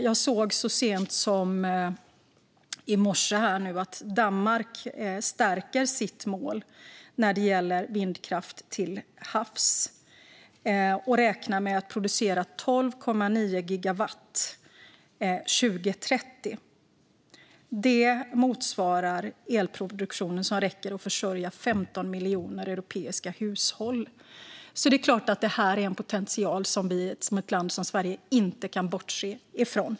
Jag såg så sent som i morse att Danmark stärker sitt mål när det gäller vindkraft till havs och räknar med att producera 12,9 gigawatt 2030. Det motsvarar elproduktion som räcker att försörja 15 miljoner europeiska hushåll. Därför är det klart att detta är en potential som ett land som Sverige inte kan bortse från.